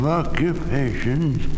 occupations